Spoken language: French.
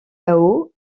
lao